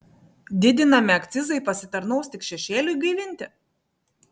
didinami akcizai pasitarnaus tik šešėliui gaivinti